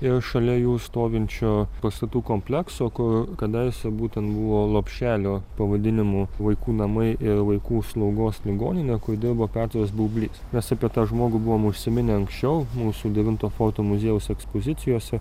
ir šalia jų stovinčio pastatų komplekso kur kadaise būtent buvo lopšelio pavadinimu vaikų namai ir vaikų slaugos ligoninė kur dirbo petras baublys mes apie tą žmogų buvom užsiminę anksčiau mūsų devinto forto muziejaus ekspozicijose